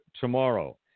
tomorrow